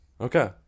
okay